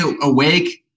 awake